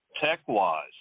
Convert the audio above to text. tech-wise